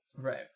Right